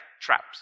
traps